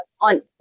on